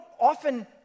often